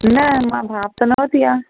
न मां भाप न वरिती आहे